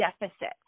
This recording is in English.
deficit